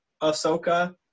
ahsoka